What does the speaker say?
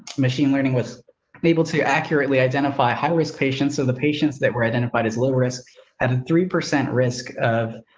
machine learning was able to accurately identify high risk patients. so, the patients that were identified as low risk at three percent risk of